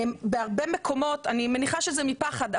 אני מניחה שזה מפחד,